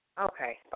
Okay